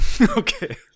Okay